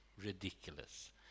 ridiculous